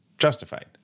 justified